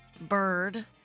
Bird